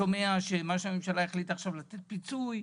אני שומע לגבי הפיצוי שהממשלה החליטה לתת עכשיו,